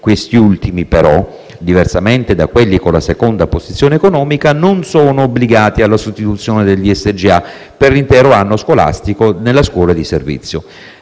questi ultimi, però, diversamente da quelli con la seconda posizione economica, non sono obbligati alla sostituzione del DSGA per l'intero anno scolastico nella scuola di servizio.